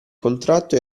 contratto